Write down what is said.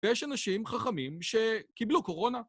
ויש אנשים חכמים שקיבלו קורונה.